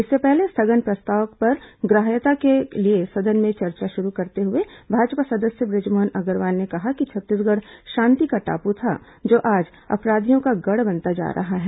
इससे पहले स्थगन प्रस्ताव पर ग्राहृता के लिए सदन में चर्चा शुरू करते हुए भाजपा सदस्य बृजमोहन अग्रवाल ने कहा कि छत्तीसगढ़ शांति का टाप् था जो आज अपराधियों का गढ़ बनता जा रहा है